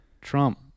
Trump